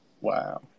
Wow